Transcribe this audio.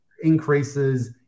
increases